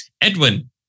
Edwin